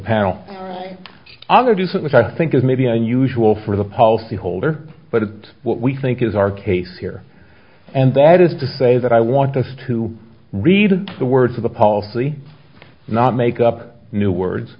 panel on the dusun which i think is maybe unusual for the policyholder but what we think is our case here and that is to say that i want us to read the words of the policy not make up new words